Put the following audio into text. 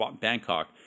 Bangkok